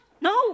no